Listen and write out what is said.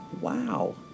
Wow